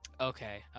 okay